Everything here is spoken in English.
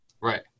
Right